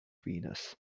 venus